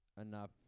enough